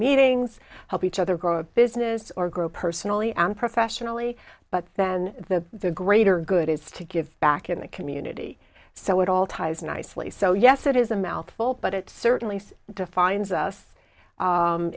meetings help each other grow a business or grow personally and professionally but then the greater good is to give back in the community so it all ties nicely so yes it is a mouthful but it certainly defines us